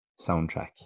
soundtrack